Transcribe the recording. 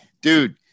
dude